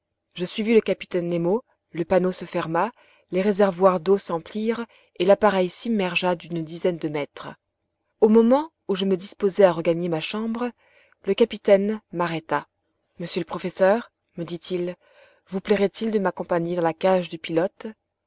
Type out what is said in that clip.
je suivis le capitaine nemo le panneau se ferma les réservoirs d'eau s'emplirent et l'appareil s'immergea d'une dizaine de mètres au moment où me disposais à regagner ma chambre le capitaine m'arrêta monsieur le professeur me dit-il vous plairait-il de m'accompagner dans la cage du pilote